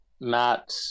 matt